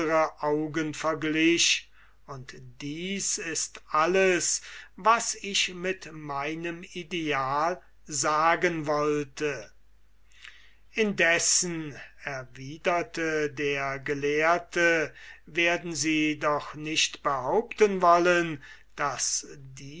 augen verglich und dies ist alles was ich mit meinem ideal sagen wollte indessen erwiderte der gelehrte werden sie doch nicht behaupten wollen daß diese